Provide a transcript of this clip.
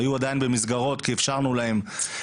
היו עדיין במסגרות כי אפשרנו להם,